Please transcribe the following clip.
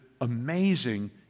amazing